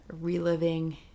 reliving